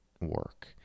work